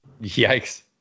Yikes